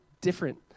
different